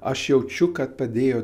aš jaučiu kad padėjo